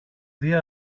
δει